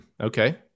Okay